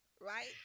right